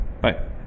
Bye